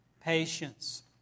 patience